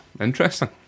interesting